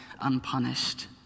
unpunished